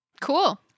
Cool